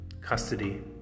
custody